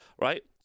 right